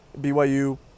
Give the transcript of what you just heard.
BYU